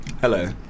Hello